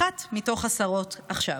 אחת מתוך עשרות עכשיו,